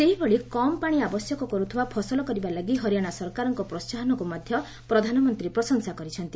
ସେହିଭଳି କମ୍ ପାଣି ଆବଶ୍ୟକ କର୍ତ୍ତିବା ଫସଲ କରିବା ଲାଗି ହରିୟାଣା ସରକାରଙ୍କ ପ୍ରୋହାହନକୁ ମଧ୍ୟ ପ୍ରଧାନମନ୍ତ୍ରୀ ପ୍ରଶଂସା କରିଛନ୍ତି